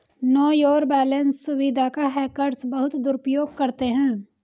no your balance सुविधा का hackers बहुत दुरुपयोग करते हैं